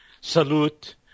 salute